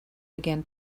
began